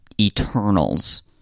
Eternals